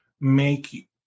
make